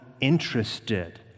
interested